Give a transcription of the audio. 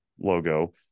logo